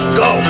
go